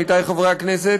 עמיתי חברי הכנסת,